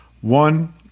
One